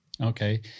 Okay